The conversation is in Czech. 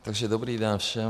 Takže dobrý den všem.